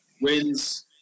wins